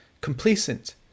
complacent